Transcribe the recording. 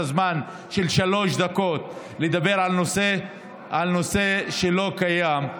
הזמן של שלוש דקות לדבר על נושא שלא קיים,